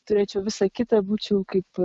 turėčiau visą kitą būčiau kaip